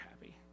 happy